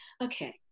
Okay